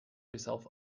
herself